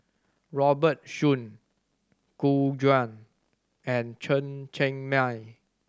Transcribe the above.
Robert Soon Gu Juan and Chen Cheng Mei